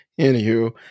Anywho